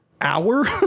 hour